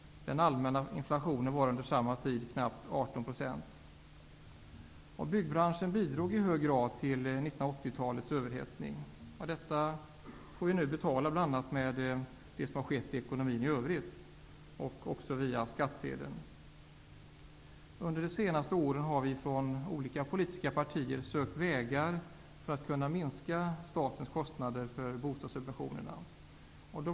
Den allmänna inflationen var under samma tid knappt 18 %. Byggbranschen bidrog i hög grad till 1980-talets överhettning. Detta får vi nu betala bl.a. genom det som har skett i ekonomin i övrigt och via skattsedeln. Under de senaste åren har vi från olika politiska partier sökt vägar för att kunna minska statens kostnader för bostadssubventionerna.